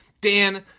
Dan